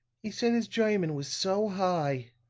he said his german was so high.